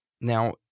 Now